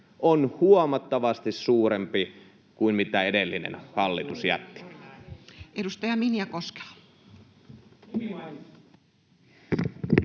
on huomattavasti suurempi kuin mitä edellinen hallitus jätti. [Speech 192] Speaker: